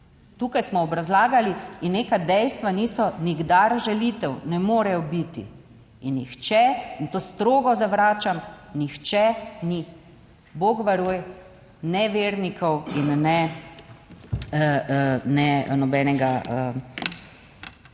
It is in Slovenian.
Tukaj smo obrazlagali in neka dejstva niso nikdar žalitev, ne morejo biti. In nihče in to strogo zavračam, nihče ni bog varuj ne vernikov in ne ne nobenega,